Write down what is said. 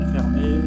fermé